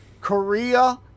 Korea